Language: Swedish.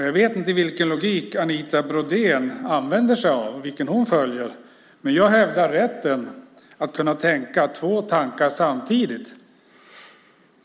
Jag vet inte vilken logik Anita Brodén använder sig av och följer, men jag hävdar rätten att tänka två tankar samtidigt.